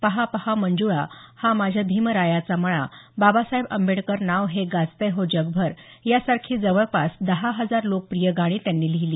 पाहा पाहा मंजूळा हा माझ्या भीमरायाचा मळा बाबासाहेब आंबेडकर नाव हे गाजतय हो जगभर यासारखी जवळपास दहा हजार लोकप्रिय गाणी त्यांनी लिहिली